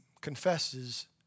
confesses